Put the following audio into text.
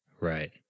Right